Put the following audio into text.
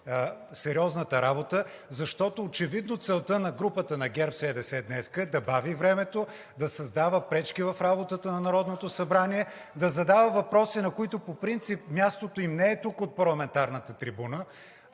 сериозната работа, защото очевидно целта на групата на ГЕРБ-СДС е днес да бави времето, да създава пречки в работата на Народното събрание, да задава въпроси, на които по принцип мястото им не е тук, от парламентарната трибуна,